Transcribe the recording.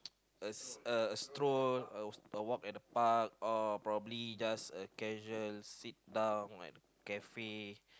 a stroll a a walk at the park or probably just a casual sit down at a cafe